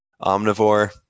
omnivore